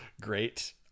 Great